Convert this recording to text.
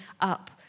up